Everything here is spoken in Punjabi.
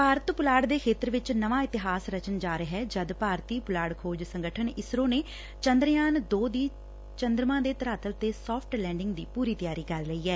ਭਾਰਤ ਪੁਲਾੜ ਦੇ ਖੇਤਰ ਵਿਚ ਨਵਾਂ ਇਤਿਹਾਸ ਰਚਣ ਜਾ ਰਿਹੈ ਜਦ ਇਸਰੋ ਭਾਰਤੀ ਪੁਲਾੜ ਖੋਜ ਸੰਗਠਨ ਨੇ ਚੰਦਰਯਾਨ ਦੋ ਦੀ ਚੰਦਰਮਾ ਦੇ ਧਰਾਤਲ ਤੇ ਸਾਫਟ ਲੈਡਿੰਗ ਦੀ ਪੁਰੀ ਤਿਆਰੀ ਕਰ ਲਈ ਐ